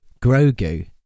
Grogu